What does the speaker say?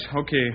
Okay